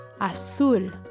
Azul